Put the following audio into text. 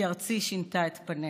כי ארצי / שינתה את פניה.